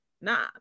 nah